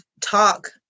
talk